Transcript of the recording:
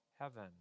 heaven